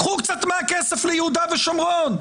קחו כסף מהכסף ליהודה ושומרון.